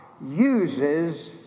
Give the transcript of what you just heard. uses